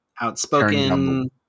outspoken